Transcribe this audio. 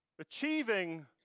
achieving